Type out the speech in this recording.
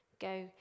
Go